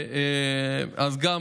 אז אני אגיד את זה שוב, כדי שלא יגידו.